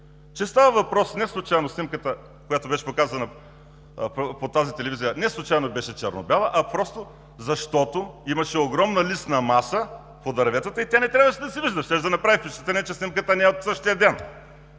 съобразих, че неслучайно снимката, която беше показана по тази телевизия, беше черно-бяла, просто защото имаше огромна листна маса по дърветата и тя не трябваше да се вижда. Щеше да направи впечатление, че снимката не е от същия ден,